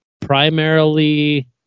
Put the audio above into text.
primarily